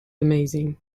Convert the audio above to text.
amazing